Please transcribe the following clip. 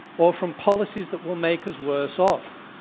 or from policies that will make us worse off.